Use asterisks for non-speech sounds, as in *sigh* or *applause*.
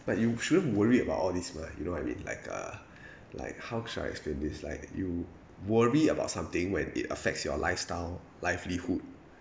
but you shouldn't worry about all these right you know what I mean like uh *breath* like how should I explain this like you worry about something when it affects your lifestyle livelihood